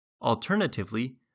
alternatively